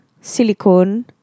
silicone